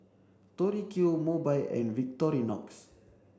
Tori Q Mobike and Victorinox